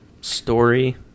story